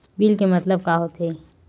Bill के मतलब का होथे?